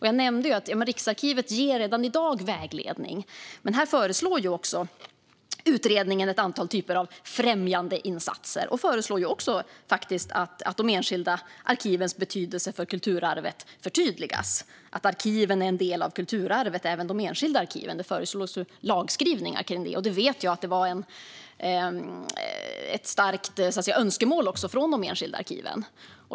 Jag nämnde att Riksarkivet redan i dag ger vägledning, men här föreslår utredningen ett antal främjandeinsatser och föreslår att de enskilda arkivens betydelse för kulturarvet förtydligas: att arkiven, även de enskilda arkiven, är en del av kulturarvet. Det föreslås lagskrivningar kring det. Jag vet att det var ett starkt önskemål från de enskilda arkiven.